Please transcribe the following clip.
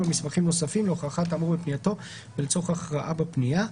או מסמכים נוספים להוכחת האמור בפנייתו ולצורך הכרעה בפנייה.